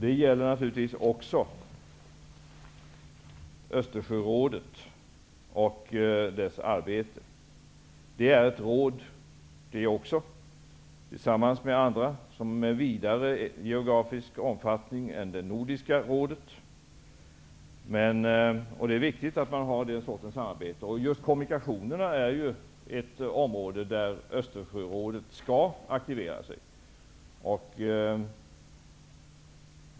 Det gäller naturligtvis också Östersjörådet och dess arbete. Det är ett råd som, tillsammans med andra, har en vidare geografisk omfattning än det Nordiska rådet. Det är viktigt att ha den sortens samarbete. Just kommunikationerna är ett område som Östersjörådet skall vara aktivt inom.